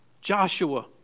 Joshua